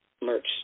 merch